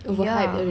ya